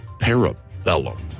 Parabellum